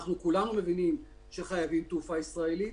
אנחנו כולנו מבינים שחייבים תעופה ישראלית.